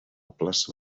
plaça